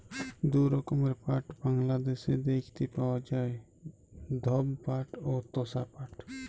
দু রকমের পাট বাংলাদ্যাশে দ্যাইখতে পাউয়া যায়, ধব পাট অ তসা পাট